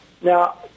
Now